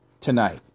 tonight